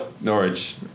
Norwich